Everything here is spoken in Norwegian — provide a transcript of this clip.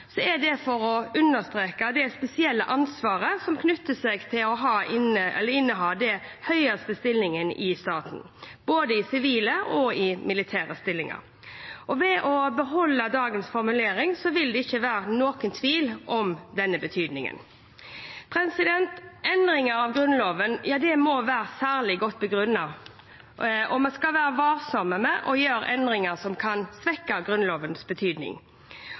er det for å understreke det spesielle ansvaret som knytter seg til å inneha de høyeste stillingene i staten, både sivile og militære stillinger. Ved å beholde dagens formulering vil det ikke være noen tvil om denne betydningen. Endringer i Grunnloven må være særlig godt begrunnet, og vi skal være varsomme med å gjøre endringer som kan svekke Grunnlovens betydning.